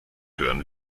hören